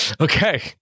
okay